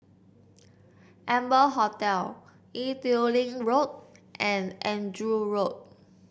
Amber Hotel Ee Teow Leng Road and Andrew Road